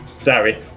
Sorry